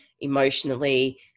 emotionally